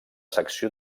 secció